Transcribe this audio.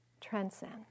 Transcend